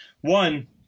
One